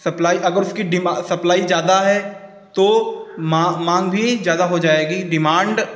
supply अगर उसकी supply ज़्यादा है तो माँग भी ज़्यादा हो जाएगी डिमाण्ड